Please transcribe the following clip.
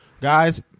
guys